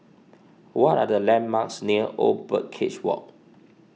what are the landmarks near Old Birdcage Walk